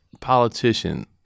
politician